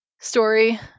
story